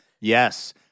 Yes